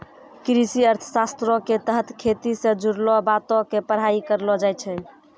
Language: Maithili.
कृषि अर्थशास्त्रो के तहत खेती से जुड़लो बातो के पढ़ाई करलो जाय छै